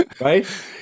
Right